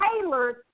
tailored